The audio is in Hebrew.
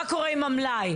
מה קורה עם המלאי.